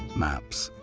maps.